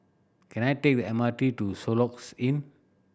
can I take the M R T to Soluxe Inn